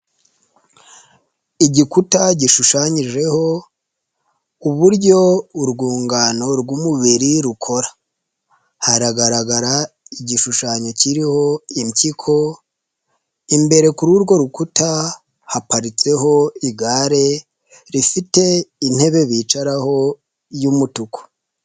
Igikuta gishushanyijeho uburyo urwungano rw'umubiri rukora, haragaragara igishushanyo kiriho impyiko imbere kuri urwo rukuta haparitseho igare rifite intebe bicaraho y'umutuku.